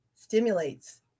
stimulates